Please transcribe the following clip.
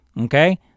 Okay